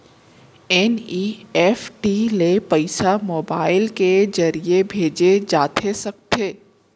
NEFT ले पइसा mobile के ज़रिए भेजे जाथे सकथे?